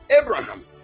Abraham